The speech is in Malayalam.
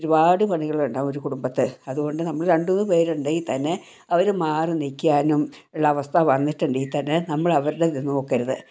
ഒരുപാട് പണികൾ ഉണ്ടാവും ഒരു കുടുംബത്തിൽ അതുകൊണ്ട് നമ്മൾ രണ്ട് മൂന്ന് പേരുണ്ടെങ്കിൽ തന്നെ അവർ മാറി നിൽക്കാനും ഉള്ള അവസ്ഥ വന്നിട്ടുണ്ടെങ്കിൽ തന്നെ നമ്മൾ അവരുടെ ഇത് നോക്കരുത്